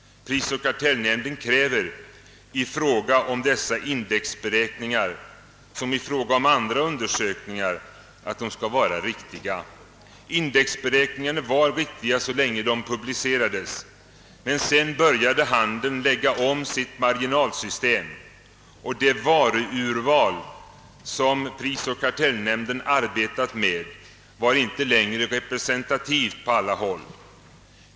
Prisoch kartellnämnden kräver i fråga om dessa indexberäkningar liksom i fråga om andra undersökningar att de skall vara riktiga. Indexberäkningarna var riktiga så länge de publicerades. Sedan började handeln lägga om sitt marginal system och det varuurval som prisoch kartelinämnden arbetat med var inte längre i alla avseenden representativt.